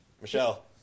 Michelle